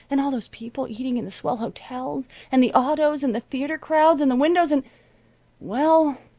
and all those people eating in the swell hotels, and the autos, and the theater crowds and the windows, and well,